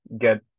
get